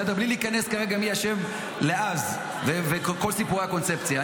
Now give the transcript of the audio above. בלי להיכנס כרגע מי אשם אז וכל סיפורי הקונספציה,